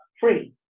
free